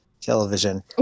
television